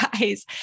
guys